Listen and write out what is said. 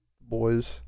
Boys